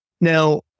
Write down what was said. Now